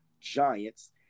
giants